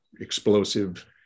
explosive